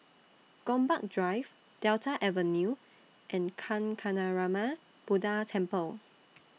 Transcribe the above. Gombak Drive Delta Avenue and Kancanarama Buddha Temple